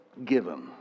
given